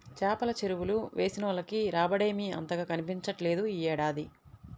చేపల చెరువులు వేసినోళ్లకి రాబడేమీ అంతగా కనిపించట్లేదు యీ ఏడాది